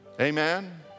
Amen